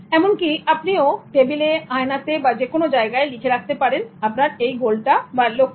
এমনকি আপনি ও টেবিলে আয়নাতে বা যে কোনো জায়গাতে লিখে রাখতে পারেন আপনার লক্ষ্যটা